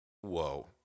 whoa